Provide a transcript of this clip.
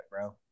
bro